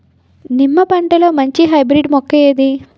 నిమ్మ పంటలో మంచి హైబ్రిడ్ మొక్క ఏది?